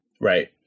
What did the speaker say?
Right